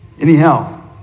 anyhow